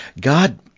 God